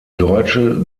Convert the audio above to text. deutsche